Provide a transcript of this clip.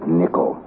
nickel